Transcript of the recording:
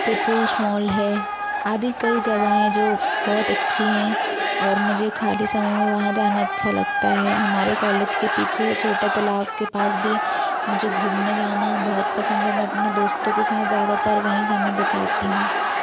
people's mall है आदि कई जगह हैं जो बहुत अच्छी हैं और मुझे खाली समय में वहाँ जाना अच्छा लगता है हमारे कॉलेज के पीछे छोटा तालाब के पास भी मुझे घूमने जाना बहुत पसंद है मैं अपने दोस्तों के साथ ज़्यादातर वहीं समय बिताती हूँ